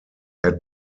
had